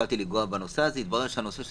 התחלתי לנגוע בנושא הזה והתברר שהנושא של